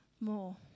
more